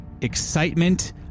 excitement